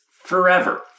forever